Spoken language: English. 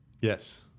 Yes